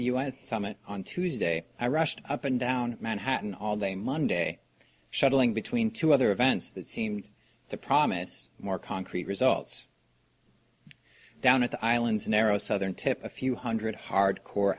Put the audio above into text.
the us summit on tuesday i rushed up and down manhattan all day monday shuttling between two other events that seemed to promise more concrete results down at the island's narrow southern tip a few hundred hard core